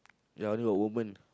ya only got women